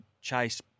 chase